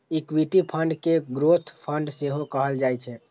equity fund कें growth fund सेहो कहल जाइ छै